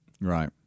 Right